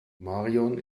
marion